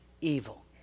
evil